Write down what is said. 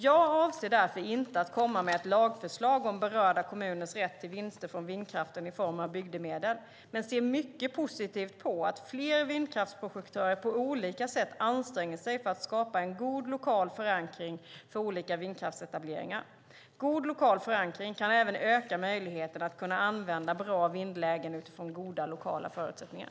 Jag avser därför inte att komma med ett lagförslag om berörda kommuners rätt till vinster från vindkraften i form av bygdemedel men ser mycket positivt på att fler vindkraftsprojektörer på olika sätt anstränger sig för att skapa en god lokal förankring för olika vindkraftsetableringar. God lokal förankring kan även öka möjligheten att använda bra vindlägen utifrån goda lokala förutsättningar.